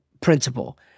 principle